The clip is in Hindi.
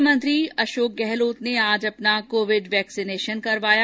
मुख्यमंत्री अशोक गहलोत ने आज अपना कोविड वैक्सीनेशन करवाया